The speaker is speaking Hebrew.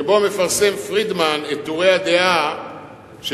שבו פרידמן מפרסם את טורי הדעה שלו,